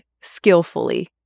skillfully